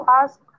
ask